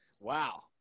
Wow